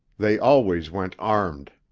they always went armed.